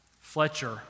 Fletcher